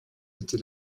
était